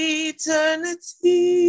eternity